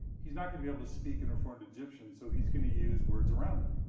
he's not gonna be able to speak in reformed egyptian, so he's gonna use words around him.